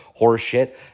horseshit